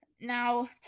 Now